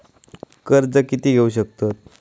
कर्ज कीती घेऊ शकतत?